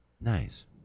nice